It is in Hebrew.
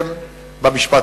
הבקשה